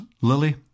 Lily